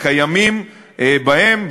קיימים בהן,